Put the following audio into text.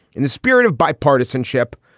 in the spirit of bipartisanship,